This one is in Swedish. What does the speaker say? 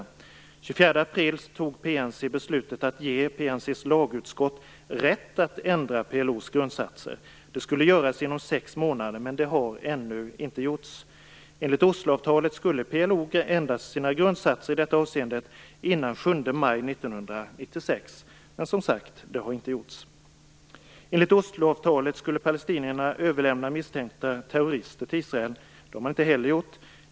Den 24 april fattade PNC beslutet att ge PNC:s lagutskott rätt att ändra PLO:s grundsatser. Detta skulle göras inom sex månader, men det har ännu inte gjorts. Enligt Osloavtalet skulle PLO ändra sina grundsatser i detta avseende senast den 7 maj 1996. Men som sagt; det har inte gjorts. Enligt Osloavtalet skulle palestinierna överlämna misstänkta terrorister till Israel. Det har de inte heller gjort.